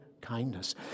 kindness